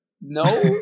No